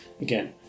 Again